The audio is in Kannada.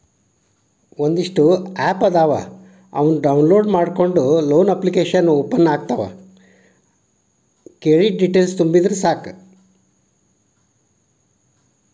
ಒಂದಿಷ್ಟ ಆಪ್ ಅದಾವ ಅವನ್ನ ಡೌನ್ಲೋಡ್ ಮಾಡ್ಕೊಂಡ ಲೋನ ಅಪ್ಲಿಕೇಶನ್ ಓಪನ್ ಆಗತಾವ ಕೇಳಿದ್ದ ಡೇಟೇಲ್ಸ್ ತುಂಬಿದರ ಸಾಕ